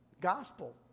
gospel